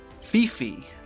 Fifi